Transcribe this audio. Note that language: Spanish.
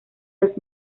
los